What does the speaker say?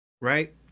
right